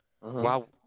Wow